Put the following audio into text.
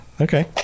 okay